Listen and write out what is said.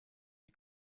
die